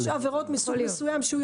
יש עבירות מסוג מסוים --- לא.